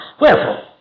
Wherefore